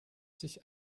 sich